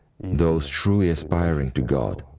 those truly aspiring to god.